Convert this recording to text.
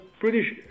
British